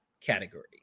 category